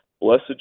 Blessed